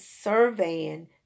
surveying